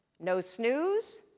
no snooze,